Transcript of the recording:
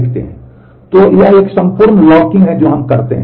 तो यह एक संपूर्ण लॉकिंग है जो हम करते हैं